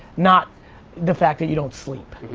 not the fact that you don't sleep.